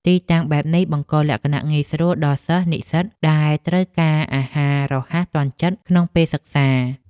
ទីតាំងបែបនេះបង្កលក្ខណៈងាយស្រួលដល់សិស្សនិស្សិតដែលត្រូវការអាហាររហ័សទាន់ចិត្តក្នុងពេលសិក្សា។